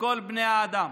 לכל בני האדם.